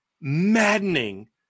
maddening